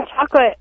chocolate